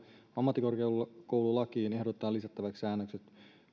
ammattikorkeakoululakiin ehdotetaan lisättäväksi säännökset